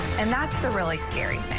and that's the really scary